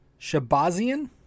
Shabazian